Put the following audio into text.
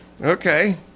Okay